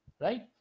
right